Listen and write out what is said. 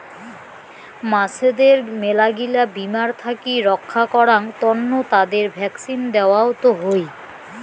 মাছদের মেলাগিলা বীমার থাকি রক্ষা করাং তন্ন তাদের ভ্যাকসিন দেওয়ত হই